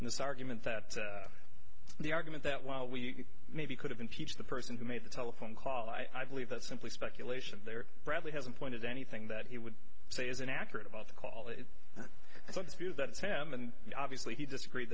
and this argument that the argument that while we maybe could have impeached the person who made the telephone call i believe that simply speculation there bradley has appointed anything that he would say isn't accurate about the call it i don't feel that it's him and obviously he disagreed